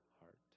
heart